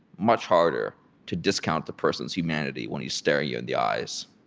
much harder to discount the person's humanity when he's staring you in the eyes